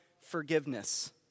forgiveness